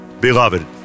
beloved